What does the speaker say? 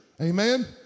amen